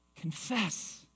confess